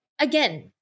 Again